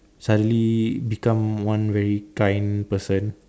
suddenly become one very kind person